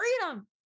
freedom